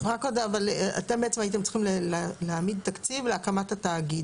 אתם בעצם הייתם צריכים להעמיד תקציב להקמת התאגיד.